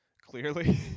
clearly